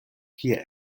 kie